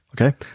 Okay